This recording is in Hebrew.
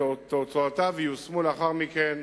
ותוצאותיו ייושמו לאחר מכן,